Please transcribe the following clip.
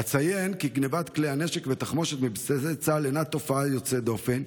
אציין כי גנבת כלי הנשק ותחמושת בבסיסי צה"ל אינה תופעה יוצאת דופן,